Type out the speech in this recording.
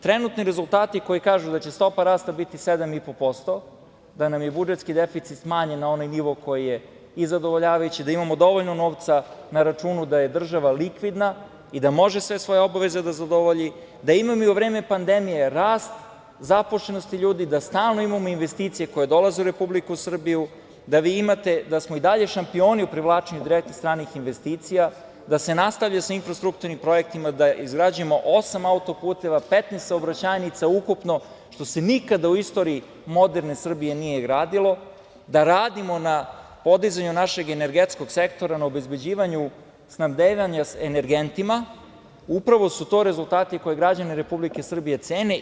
Trenutni rezultati koji kažu da će stopa rasta biti 7,5%, da nam je budžetski deficit smanjen na onaj nivo koji je i zadovoljavajući, da imamo dovoljno novca na računu, da je država likvidna i da može sve svoje obaveze da zadovolji, da imamo i u vreme pandemije rast zaposlenosti ljudi, da stalno imamo investicije koje dolaze u Republiku Srbiju, da samo i dalje šampioni u privlačenju direktnih stranih investicija, da se nastavlja sa infrastrukturnim projektima, da izgrađujemo osam autoputeva, 15 saobraćajnica ukupno, što se nikada u istoriji moderne Srbije nije gradilo, da radimo na podizanju našeg energetskog sektora na obezbeđivanju snabdevanja energentima, upravo su to rezultati koje građani Republike Srbije cene.